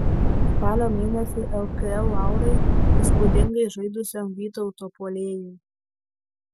spalio mėnesio lkl laurai įspūdingai žaidusiam vytauto puolėjui